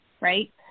right